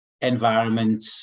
environment